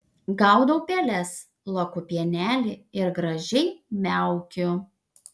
gaudau peles laku pienelį ir gražiai miaukiu